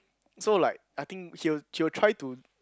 so like I think he will he will try to